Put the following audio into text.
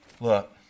Look